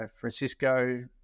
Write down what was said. Francisco